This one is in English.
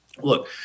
Look